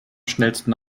schnellsten